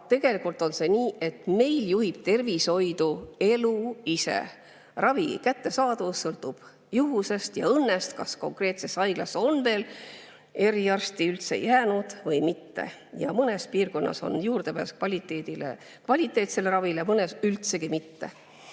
kes. Tegelikult on nii, et meil juhib tervishoidu elu ise. Ravi kättesaadavus sõltub juhusest ja õnnest, sellest, kas konkreetsesse haiglasse on veel eriarste üldse jäänud või mitte. Mõnes piirkonnas on olemas juurdepääs kvaliteetsele ravile, mõnes üldsegi mitte.